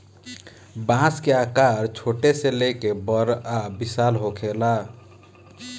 बांस के आकर छोट से लेके बड़ आ विशाल होखेला